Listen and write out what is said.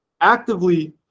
actively